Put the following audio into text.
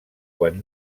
quan